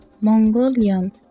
Mongolian